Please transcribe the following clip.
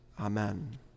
Amen